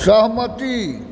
सहमति